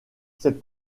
cette